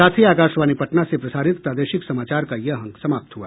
इसके साथ ही आकाशवाणी पटना से प्रसारित प्रादेशिक समाचार का ये अंक समाप्त हुआ